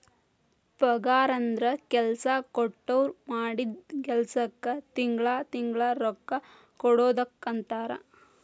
ಪಗಾರಂದ್ರ ಕೆಲ್ಸಾ ಕೊಟ್ಟೋರ್ ಮಾಡಿದ್ ಕೆಲ್ಸಕ್ಕ ತಿಂಗಳಾ ತಿಂಗಳಾ ರೊಕ್ಕಾ ಕೊಡುದಕ್ಕಂತಾರ